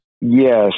Yes